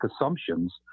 assumptions